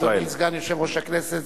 סגן יושב-ראש הכנסת,